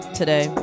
today